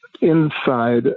inside